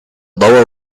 lower